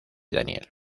daniel